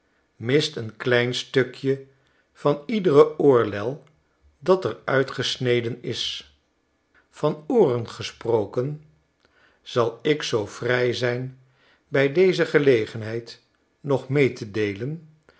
mist een klein stukje van iedere oorlel dater uitgesneden is van ooren gesproken zal ik zoo vrij zijn bij deze gelegenheid nog mee te dcclen